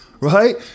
Right